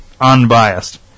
unbiased